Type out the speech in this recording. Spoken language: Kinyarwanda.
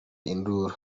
induru